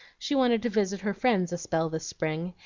she wanted to visit her friends a spell this spring,